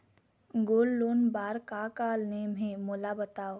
Gold loan बार का का नेम हे, मोला बताव?